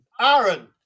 Aaron